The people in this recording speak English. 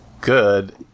good